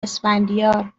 اسفندیار